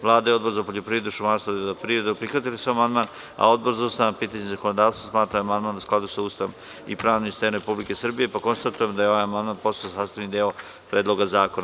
Vlada i Odbor za poljoprivredu, šumarstvo i vodoprivredu prihvatili su amandman, a Odbor za ustavna pitanja i zakonodavstvo smatra da je amandman u skladu sa Ustavom i pravnim sistemom Republike Srbije, pa konstatujem da je amandman postao sastavni deo Predloga zakona.